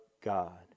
God